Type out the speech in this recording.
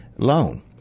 loan